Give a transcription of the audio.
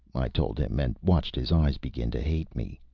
i told him, and watched his eyes begin to hate me.